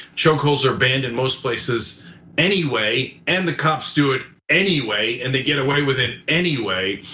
chokeholds are banned in most places anyway. and the cops do it anyway and they get away with it anyway.